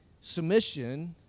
Submission